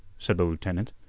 said the lieutenant.